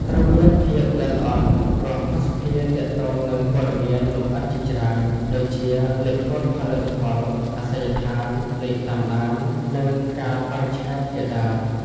ត្រូវមានភាពល្អិតល្អន់ ព្រោះភស្តុភារទាក់ទងនឹងព័ត៌មានលម្អិតជាច្រើន ដូចជា លេខកូដផលិតផល អាសយដ្ឋាន លេខតាមដាន និង កាលបរិច្ឆេទជាដើម។